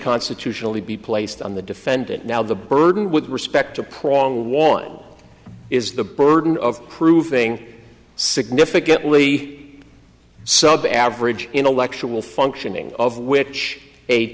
constitutionally be placed on the defendant now the burden with respect to prong warrant is the burden of proving significantly so the average intellectual functioning of which a